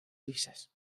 lisas